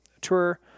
tour